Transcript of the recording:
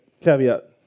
caveat